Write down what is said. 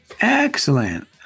Excellent